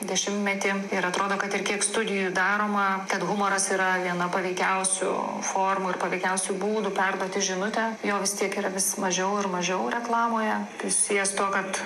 dešimtmetį ir atrodo kad ir kiek studijų daroma kad humoras yra viena paveikiausių formų ir paveikiausių būdų perduoti žinutę jo vis tiek yra vis mažiau ir mažiau reklamoje tai susiję su tuo kad